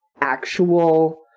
actual